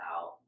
out